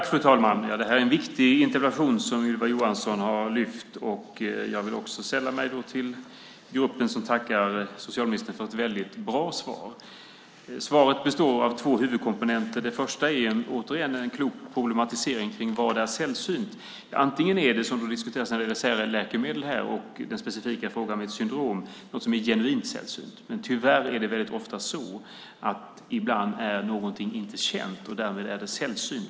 Fru talman! Det är en viktig interpellation som Ylva Johansson har lyft fram, och jag vill också sälla mig till dem som tackar socialministern för ett väldigt bra svar. Svaret består av två huvudkomponenter. Den första är återigen en klok problematisering av begreppet sällsynt. Antingen är det, som ju diskuteras när det gäller särläkemedel och den specifika frågan vid ett syndrom, något som är genuint sällsynt. Tyvärr är det dock väldigt ofta så att något inte är känt, och därmed är det sällsynt.